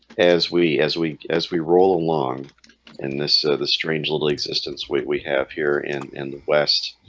as we as we as we roll along in this the strange little existence. we we have here in in the west